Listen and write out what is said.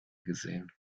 gesehen